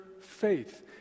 faith